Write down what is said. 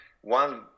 one